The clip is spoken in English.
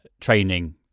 training